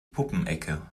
puppenecke